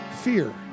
fear